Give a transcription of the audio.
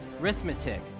Arithmetic